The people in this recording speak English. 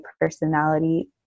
personality